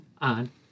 on